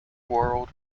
world